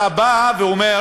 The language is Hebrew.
אתה בא ואומר: